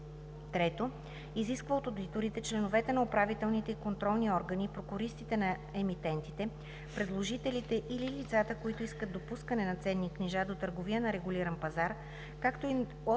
3. изисква от одиторите, членовете на управителните и контролните органи и прокуристите на емитентите, предложителите или лицата, които искат допускане на ценни книжа до търговия на регулиран пазар, както и от инвестиционните